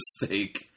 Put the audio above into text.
mistake